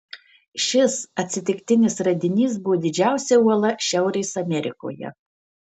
šis atsitiktinis radinys buvo didžiausia uola šiaurės amerikoje